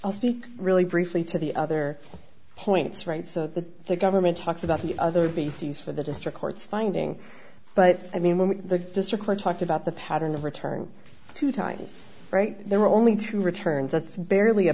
i'll speak really briefly to the other points right so that the government talks about the other bases for the district court's finding but i mean when we the district court talked about the pattern of return two times there were only two returns that's barely a